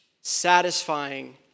satisfying